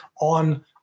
on